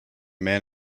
man